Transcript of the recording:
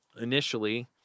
Initially